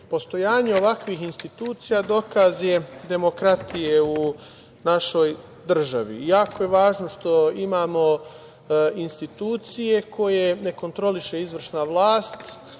Postojanje ovakvih institucija dokaz je demokratije u našoj državi. Jako je važno što imamo institucije koje ne kontroliše izvršna vlast,